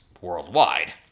worldwide